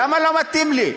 למה לא מתאים לי?